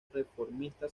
reformista